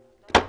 תודה.